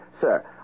Sir